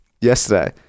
yesterday